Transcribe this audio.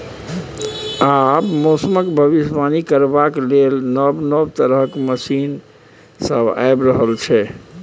आब तए मौसमक भबिसबाणी करबाक लेल नब नब तरहक मशीन सब आबि रहल छै